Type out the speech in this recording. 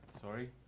Sorry